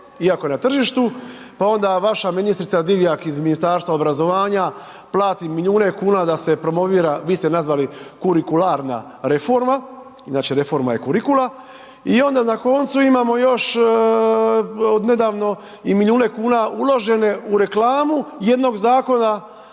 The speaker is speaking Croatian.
iako je na tržištu, pa onda i vaša ministrica Divjak iz Ministarstva obrazovanja, plati milijune kune da se promovira, vi ste ju nazvali kurikularna reforma, inače reforma je kurikula. I onda na koncu imamo još od nedavno i milijune kuna uložene u reklamu jednog zakona,